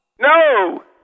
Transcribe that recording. No